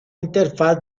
interfaz